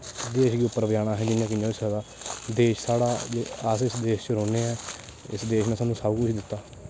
देश गी उप्पर पज़ाना असें जियां कि'यां होई सकदा देश साढ़ा अस उस देश च रौह्न्ने आं इस देश ने सानूं सब किश दित्ता